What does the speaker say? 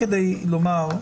זה בסדר גמור.